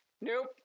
Nope